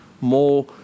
more